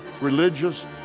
religious